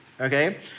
okay